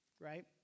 Right